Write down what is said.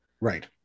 Right